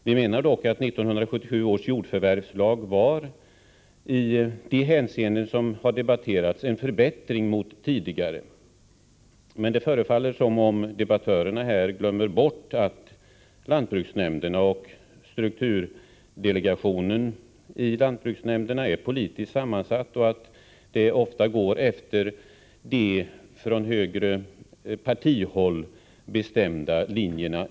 Vi menar dock att 1977 års jordförvärvslag i de hänseenden som har debatterats innebär en förbättring i förhållande till tidigare bestämmelser. Men det förefaller som om debattörerna här glömmer bort att lantbruksnämnderna och strukturdelegationen är politiskt sammansatta och att besluten i sådana här fall ofta går efter de från högre partihåll bestämda linjerna.